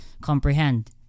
comprehend